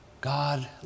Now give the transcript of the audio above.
God